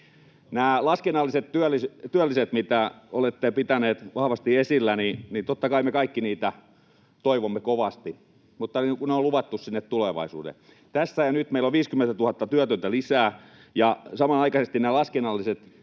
Näitä laskennallisia työllisiä, joita olette pitäneet vahvasti esillä, totta kai me kaikki toivomme kovasti, mutta ne on luvattu sinne tulevaisuuteen. Tässä ja nyt meillä on 50 000 työtöntä lisää, ja samanaikaisesti ne laskennalliset työpaikat...